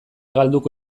galduko